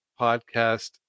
podcast